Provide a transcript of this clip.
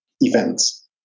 events